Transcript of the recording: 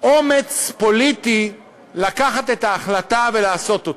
אומץ פוליטי לקבל את ההחלטה ולעשות אותו.